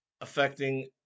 affecting